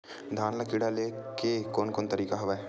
धान ल कीड़ा ले के कोन कोन तरीका हवय?